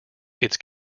its